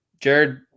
Jared